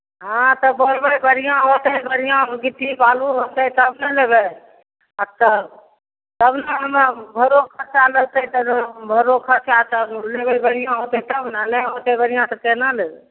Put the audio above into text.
हॅं तऽ बोलबै बढ़िऑं होतै बढ़िऑं गिट्टी बालू होतै तब ने लेबै आ तब तब ने हमरा भरो खर्चा लगतै तऽ जे भरो खर्चा तब लेबै बढ़िऑं होतै तब ने आ नहि होतै बढ़िऑं तऽ केना लेबै